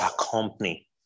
accompany